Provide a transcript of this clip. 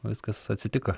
viskas atsitiko